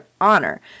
honor